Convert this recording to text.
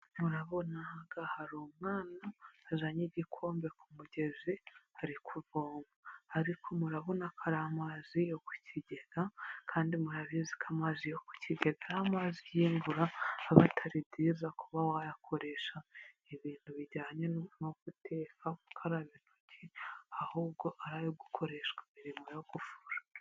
Murabona aha ngaha hari umwana wazanye igikombe ku mugezi, ari kuvoma. Ariko murabona ko ari amazi yo ku kigega, kandi murabizi ko amazi yo kukigega, amazi y'imvura abatari byiza kuba wayakoresha ibintu bijyanye no guteka, gukaraba intoki, ahubwo ari ayo gukoreshwa imirimo yo gufura.